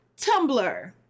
Tumblr